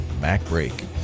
MacBreak